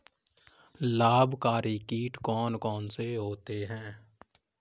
लाभकारी कीट कौन कौन से होते हैं?